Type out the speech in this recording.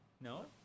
No